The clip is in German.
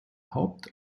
haupt